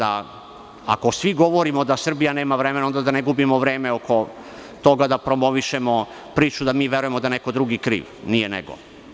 Ako svi govorimo da Srbija nema vremena, onda da ne gubimo vreme oko toga da promovišemo priču da mi verujemo da je neko drugi kriv – nije nego.